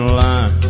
line